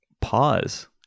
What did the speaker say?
pause